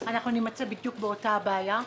אנחנו נימצא בדיוק באותה בעיה,